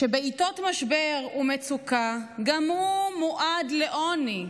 שבעיתות משבר ומצוקה גם הוא מועד לעוני.